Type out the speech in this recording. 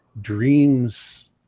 dreams